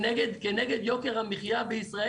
כנגד יוקר המחייה בישראל.